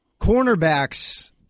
cornerbacks